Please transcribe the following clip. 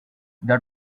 that